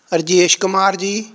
ਰਜੇਸ਼ ਕੁਮਾਰ ਜੀ